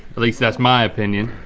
at least that's my opinion.